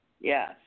Yes